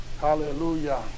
hallelujah